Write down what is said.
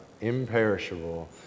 imperishable